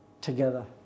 together